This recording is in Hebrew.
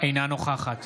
אינה נוכחת